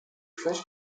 cross